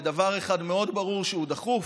ודבר אחד מאוד ברור, שהוא דחוף,